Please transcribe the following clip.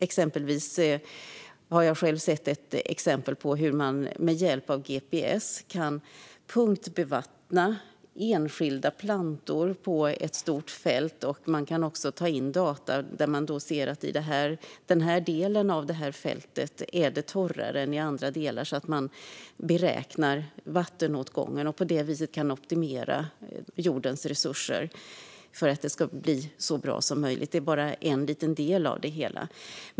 Exempelvis har jag sett hur man med hjälp av gps kan punktbevattna enskilda plantor på ett stort fält. Man kan även ta in data som visar om det på en viss del av fältet är torrare än på andra delar. På så vis kan man beräkna vattenåtgången och optimera jordens resurser för att det ska bli så bra som möjligt. Detta är bara en liten del av det hela.